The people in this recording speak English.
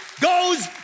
goes